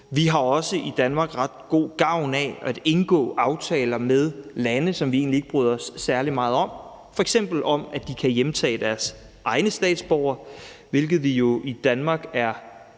har også ret god gavn af at indgå aftaler med lande, som vi egentlig ikke bryder os særlig meget om, f.eks. om, at de kan hjemtage deres egne statsborgere. Jeg var